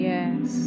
Yes